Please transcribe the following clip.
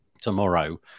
tomorrow